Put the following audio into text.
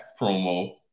promo